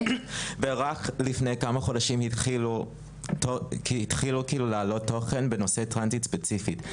רק לפני כמה חודשים התחילו להעלות תוכן בנושא טרנסים ספציפית.